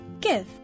give